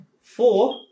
four